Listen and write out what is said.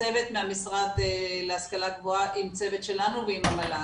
צוות מהמשרד להשכלה גבוהה עם צוות שלנו ועם המל"ג.